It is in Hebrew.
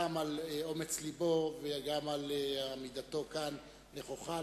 גם על אומץ לבו וגם על עמידתו כאן נכוחה כדי